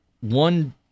one